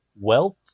wealth